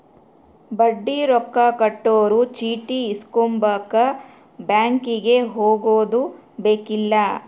ಬಡ್ಡಿ ರೊಕ್ಕ ಕಟ್ಟಿರೊ ಚೀಟಿ ಇಸ್ಕೊಂಬಕ ಬ್ಯಾಂಕಿಗೆ ಹೊಗದುಬೆಕ್ಕಿಲ್ಲ